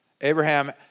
Abraham